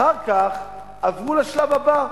אחר כך עברו לשלב הבא.